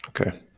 Okay